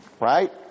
right